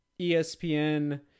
ESPN